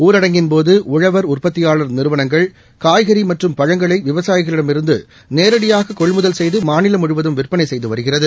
ஊரடங்கின் போது ஊழவர் உற்பத்தியாளர் நிறுவனங்கள் காய்கறி மற்றும் பழங்களை விவசாயிகளிடமிருந்து நேரடியாக கொள்முதல் செய்து மாநிலம் முழுவதும் விற்பனை செய்து வருகிறது